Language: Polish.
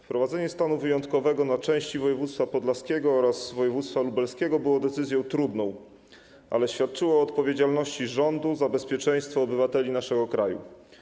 Wprowadzenie stanu wyjątkowego na części województwa podlaskiego oraz województwa lubelskiego było decyzją trudną, ale świadczyło o odpowiedzialności rządu za bezpieczeństwo obywateli naszego kraju.